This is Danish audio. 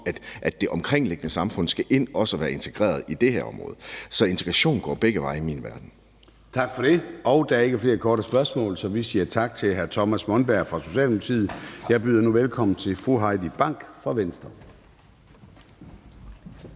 at det omkringliggende samfund skal ind og være en integreret del af det her område. Integration går i min verden begge veje. Kl. 20:25 Formanden (Søren Gade): Tak for det. Der er ikke flere korte bemærkninger, så vi siger tak til hr. Thomas Monberg fra Socialdemokratiet. Jeg byder nu velkommen til fru Heidi Bank fra Venstre.